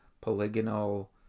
polygonal